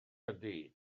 ydy